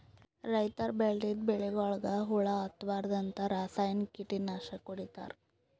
ರೈತರ್ ಬೆಳದಿದ್ದ್ ಬೆಳಿಗೊಳಿಗ್ ಹುಳಾ ಹತ್ತಬಾರ್ದ್ಂತ ರಾಸಾಯನಿಕ್ ಕೀಟನಾಶಕ್ ಹೊಡಿತಾರ್